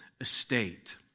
estate